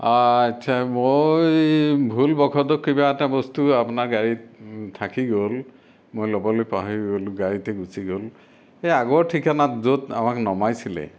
আচ্ছা মই ভুলবশতঃ কিবা এটা বস্তু আপোনাৰ গাড়ীত থাকি গ'ল মই ল'বলৈ পাহৰি গ'লো গাড়ীতে গুছি গ'ল সেই আগৰ ঠিকনাত য'ত আমাক নমাইছিলে